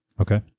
okay